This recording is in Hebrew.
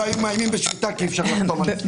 לא היו מאיימים בשביתה כי אי אפשר לחתום על הסכמי שכר.